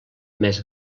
més